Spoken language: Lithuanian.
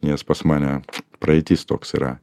nes pas mane praeitis toks yra